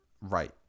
Right